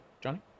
johnny